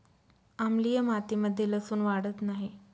आम्लीय मातीमध्ये लसुन वाढत नाही